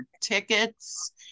tickets